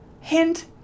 Hint